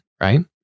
right